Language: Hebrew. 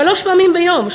שלוש פעמים ביום,